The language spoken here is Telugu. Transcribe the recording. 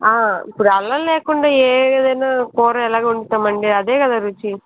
ఇప్పుడు అల్లం లేకుండా ఏదైనా కూర ఎలా వండుతామండి అదే కదా రుచి